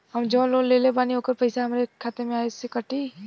हम जवन लोन लेले बानी होकर पैसा हमरे खाते से कटी?